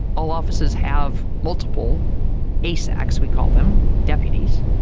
all offices have multiple asacs, we call them deputies.